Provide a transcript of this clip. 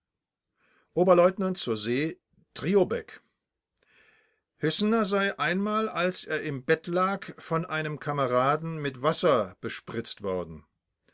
oberleutnant z s driobeck hüssener sei einmal als er im bett lag von einem kameraden mit wasser bespritzt worden